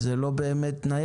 אז זה לא באמת נייד.